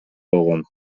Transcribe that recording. болгон